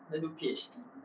then do P_H_D